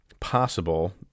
Possible